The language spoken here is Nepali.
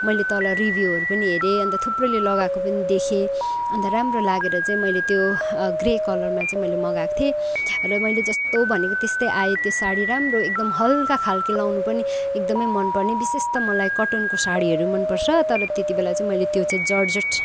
मैले तल रिभ्युहरू पनि हेरेँ अन्त थुप्रैले लगाएको पनि देखेँ अन्त राम्रो लागेर चाहिँ मैले त्यो ग्रे कलरमा चाहिँ मैले मगाएको थिएँ र मैले जस्तो भनेको त्यस्तै आयो त्यो सारी राम्रो एकदम हलका खालको लउनु पनि एकदमै मन पर्ने विशेष त मलाई कटनको सारीहरू मन पर्छ तर त्यति बेला चाहिँ मैले त्यो चाहिँ जर्जेट